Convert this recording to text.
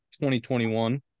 2021